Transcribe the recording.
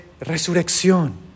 resurrección